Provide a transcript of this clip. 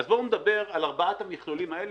אז בואו נדבר על ארבעת המכלולים האלה,